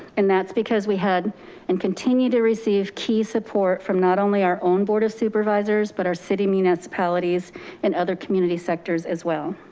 and that's because we had and continue to receive key support from not only our own board of supervisors, but our city, municipalities and other community sectors as well.